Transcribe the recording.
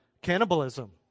cannibalism